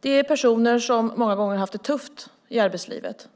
Det är personer som många gånger har haft det tufft i arbetslivet.